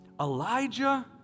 Elijah